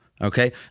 okay